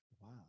Wow